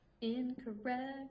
incorrect